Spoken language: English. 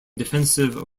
defensive